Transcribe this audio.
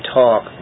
talk